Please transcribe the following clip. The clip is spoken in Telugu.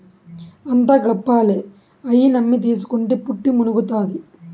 అంతా గప్పాలే, అయ్యి నమ్మి తీస్కుంటే పుట్టి మునుగుతాది